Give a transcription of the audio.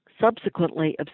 subsequently